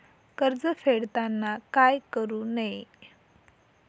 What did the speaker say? कर्ज फेडताना काय करु नये?